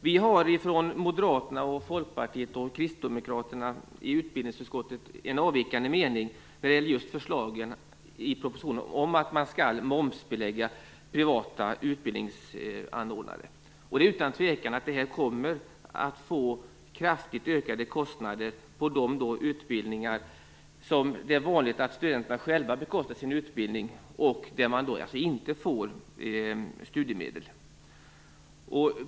Vi moderater, Folkpartiet och Kristdemokraterna i utbildningsutskottet har en avvikande mening om propositionens förslag att införa moms för privata utbildningsanordnare. Det är utan tvekan så att det här kommer att innebära kraftigt ökade kostnader för de utbildningar där det är vanligt att studenterna själva bekostar sin utbildning och där man inte får studiemedel.